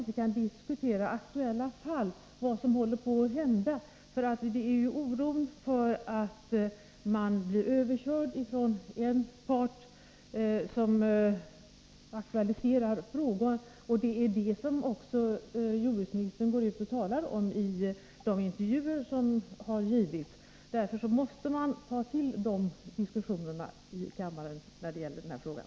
För den skull kan man ändå beröra vad som håller på att hända, vilket inte är ointressant. Oron över att man skall bli överkörd av en part aktualiserar frågan, och det är den saken som också jordbruksministern talar om i de intervjuer som han givit. Därför måste den diskussionen föras här i kammaren.